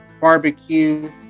Barbecue